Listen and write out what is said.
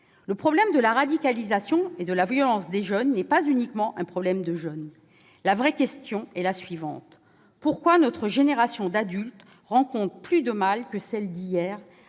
Le problème de la radicalisation et de la violence des jeunes n'est pas uniquement un problème de jeunes. La vraie question est la suivante : pourquoi notre génération d'adultes rencontre-t-elle plus de mal que celle d'hier